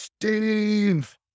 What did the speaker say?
Steve